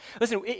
Listen